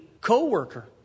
co-worker